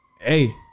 Hey